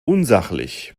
unsachlich